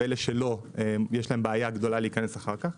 ואלה שלא יש להם בעיה גדולה להיכנס אחר כך.